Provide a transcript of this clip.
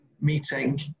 meeting